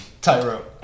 Tyro